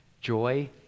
Joy